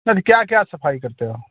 नद क्या क्या सफ़ाई करते हो